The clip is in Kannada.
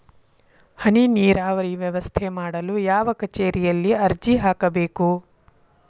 ಹನಿ ನೇರಾವರಿ ವ್ಯವಸ್ಥೆ ಮಾಡಲು ಯಾವ ಕಚೇರಿಯಲ್ಲಿ ಅರ್ಜಿ ಹಾಕಬೇಕು?